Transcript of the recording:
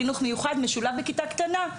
חינוך מיוחד משולב בכיתה קטנה,